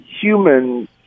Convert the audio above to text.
human